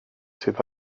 sydd